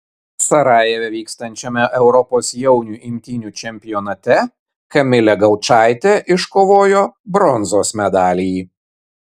sarajeve vykstančiame europos jaunių imtynių čempionate kamilė gaučaitė iškovojo bronzos medalį